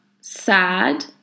sad